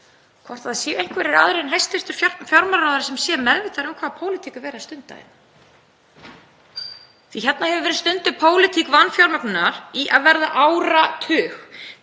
hvort það séu einhverjir aðrir en hæstv. fjármálaráðherra sem séu meðvitaðir um hvaða pólitík er verið að stunda hérna. Því hérna hefur verið stunduð pólitík vanfjármögnunar í að verða áratug.